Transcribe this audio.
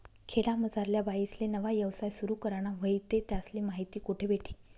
खेडामझारल्या बाईसले नवा यवसाय सुरु कराना व्हयी ते त्यासले माहिती कोठे भेटी?